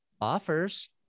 offers